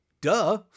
Duh